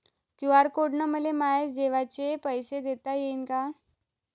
QR code न मले माये जेवाचे पैसे देता येईन का?